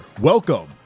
Welcome